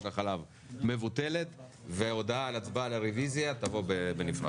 החלב מבוטלת והודעה על הצבעה על הרביזיה תבוא בנפרד.